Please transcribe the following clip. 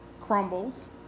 crumbles